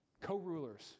co-rulers